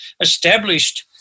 established